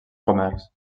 comerç